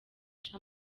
cha